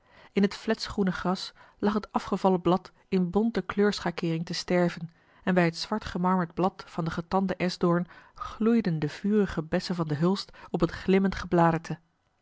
in het flets groene gras lag het afgevallen blad in bonte kleurschakeering te sterven en bij het zwart gemarmerd blad van den getanden eschdoorn gloeiden de vurige bessen van den hulst op het glimmend gebladerte